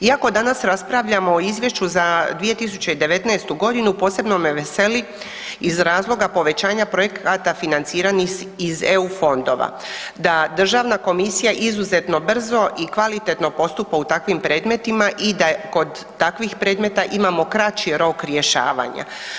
Iako danas raspravljamo o Izvješću za 2019. g. posebno me veseli iz razloga povećanja projekata financiranih iz EU fondova, da Državna komisija izuzetno brzo i kvalitetno postupa u takvim predmetima i da je kod takvih predmeta imamo kraći rok rješavanja.